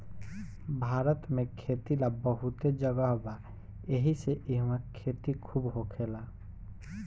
भारत में खेती ला बहुते जगह बा एहिसे इहवा खेती खुबे होखेला